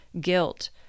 guilt